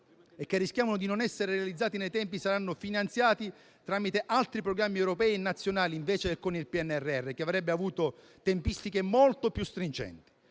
e che rischiavano di non essere realizzati nei tempi, saranno finanziati tramite altri programmi europei e nazionali invece che con il PNRR, che avrebbe avuto tempistiche molto più stringenti.